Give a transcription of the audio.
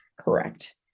Correct